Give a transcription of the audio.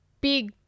big